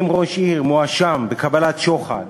אם ראש עיר מואשם בקבלת שוחד